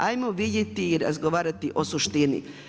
Ajmo vidjeti i razgovarati o suštini.